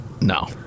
No